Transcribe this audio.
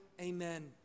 Amen